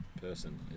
person